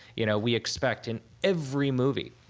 you know we expect in every movie,